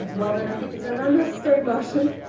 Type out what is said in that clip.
ah well then i think it's an unnecessary motion.